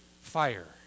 fire